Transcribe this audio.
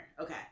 Okay